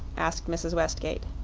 asked mrs. westgate.